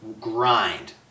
grind